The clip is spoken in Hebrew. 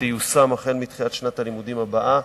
שתיושם החל מתחילת שנת הלימודים הבאה,